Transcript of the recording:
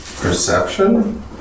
Perception